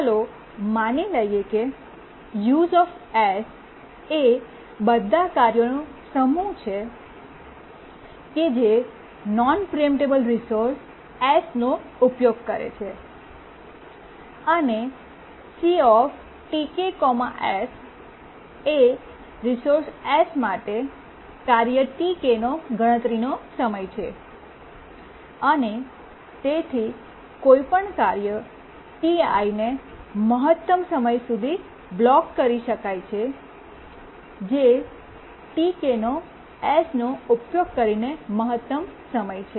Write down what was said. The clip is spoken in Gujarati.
ચાલો માની લઈએ કે Use એ બધા કાર્યોનો સમૂહ છે કે જે નોન પ્રીએમ્પટેબલ રિસોર્સ S નો ઉપયોગ કરે છે અને CTk S એ રિસોર્સ S કાર્ય Tk નો ગણતરીનો સમય છે અને તેથી કોઈ પણ કાર્ય Ti ને મહત્તમ સમય સુધી અવરોધિત કરી શકાય છે જે Tk નો S નો ઉપયોગ કરીને મહત્તમ સમય છે